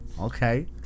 Okay